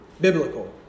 biblical